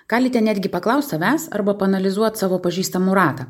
galite netgi paklaust savęs arba paanalizuot savo pažįstamų ratą